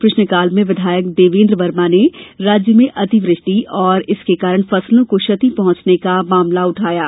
प्रश्नकाल में विधायक देवेंद्र वर्मा ने राज्य में अतिवृष्टि और इसके कारण फसलों को क्षति पहुंचने का मामला उठाया था